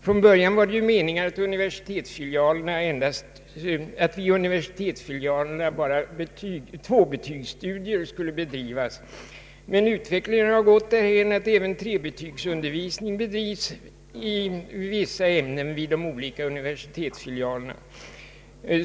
Från början var det ju meningen att vid universitetsfilialerna endast tvåbetygsstudier skulle bedrivas, men utvecklingen har gått därhän att även trebetygsundervisning bedrives i vissa ämnen vid de olika universitetsfilialerna.